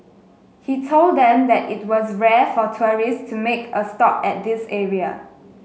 he told them that it was rare for tourists to make a stop at this area